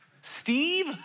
Steve